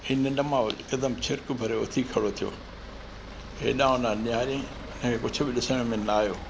हे निंड मां हिकदमि छिरिकु भरे उथी खड़ो थियो हेॾां होॾां निहारियईं हिन खे कुझु ॾिसण में न आहियो